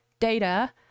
data